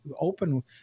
open